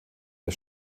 der